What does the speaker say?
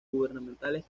gubernamentales